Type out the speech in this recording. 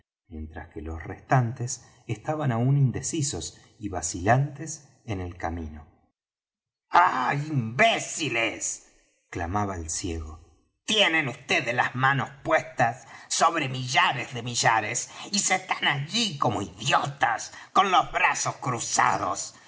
mientras que los restantes estaban aún indecisos y vacilantes en el camino ah imbéciles clamaba el ciego tienen vds las manos puestas sobre millares de millares y se están allí como idiotas con los brazos cruzados